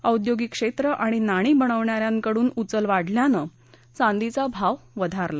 औद्यागिक क्षेत्र आणि नाणी बनवणा यांकडून उचल वाढल्यानं चांदीचा भाव वधारला